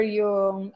yung